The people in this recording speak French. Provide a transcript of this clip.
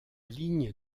ligne